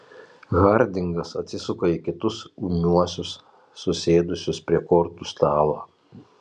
hardingas atsisuka į kitus ūmiuosius susėdusius prie kortų stalo